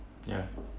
ya